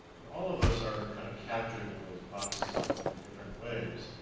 but all of us are kind of captured in those boxes and in different ways.